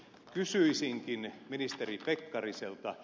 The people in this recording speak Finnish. kysyisinkin ministeri pekkariselta